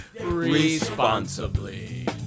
Responsibly